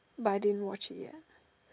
but I didn't watch it yet